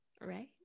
Right